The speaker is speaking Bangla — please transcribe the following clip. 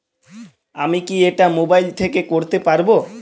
আমি কি এটা মোবাইল থেকে করতে পারবো?